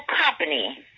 company